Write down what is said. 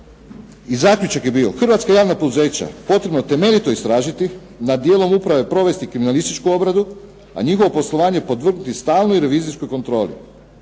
I zaključak je bio, hrvatska javna poduzeća potrebno je temeljito istražiti, nad dijelom uprave provesti kriminalističku obradu, a njihovo poslovanje podvrgnuti stalnoj revizijskoj kontroli.